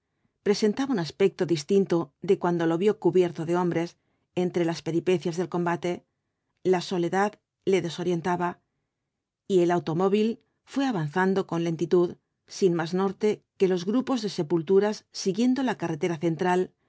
presentaba un aspecto distinto de cuando lo vio cubierto de hombres entre las peripecias del combate la soledad le desorientaba y el automóvil fué avanzando con lentitud sin más norte que los grupos de sepulturas siguiendo la carretera central